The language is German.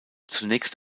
zunächst